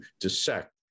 dissect